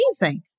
amazing